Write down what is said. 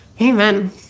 Amen